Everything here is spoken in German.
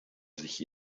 sich